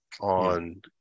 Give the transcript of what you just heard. on